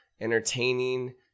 entertaining